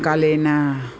कालेन